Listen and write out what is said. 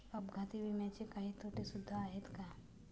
अपघाती विम्याचे काही तोटे सुद्धा आहेत का?